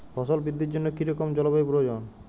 ফসল বৃদ্ধির জন্য কী রকম জলবায়ু প্রয়োজন?